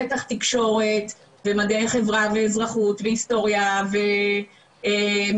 בטח תקשורת ומדעי החברה ואזרחות והיסטוריה ואפילו